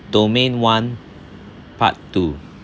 domain one part two